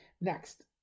next